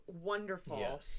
wonderful